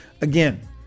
again